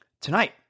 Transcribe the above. tonight